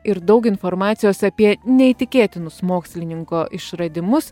ir daug informacijos apie neįtikėtinus mokslininko išradimus